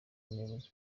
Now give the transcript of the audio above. umuyobozi